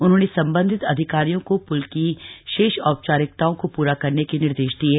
उन्होंने संबंधित अधिकारियों को प्ल की शेष औपचारिकताओं को पूरा करने के निर्देश दिये